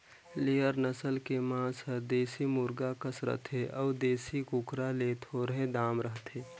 layer नसल के मांस हर देसी मुरगा कस रथे अउ देसी कुकरा ले थोरहें दाम रहथे